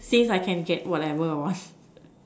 since I can get whatever I want